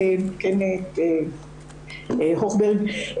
קנט הופברג,